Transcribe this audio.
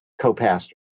co-pastor